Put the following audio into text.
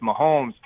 Mahomes